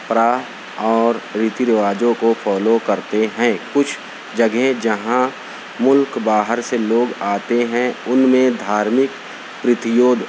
پرا اور ریتی رواجوں کو فالو کرتے ہیں کچھ جگہیں جہاں ملک باہر سے لوگ آتے ہیں ان میں دھارمک پرتیودھ